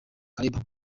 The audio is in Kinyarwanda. calabar